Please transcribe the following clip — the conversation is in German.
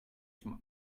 zum